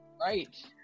Right